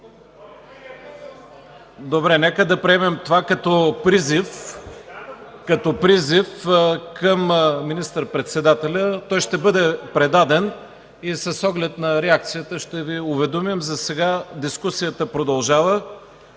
Добре, нека приемем това като призив към министър-председателя. Той ще бъде предаден и с оглед на реакцията ще Ви уведомим. Засега дискусията продължава.